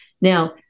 Now